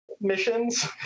missions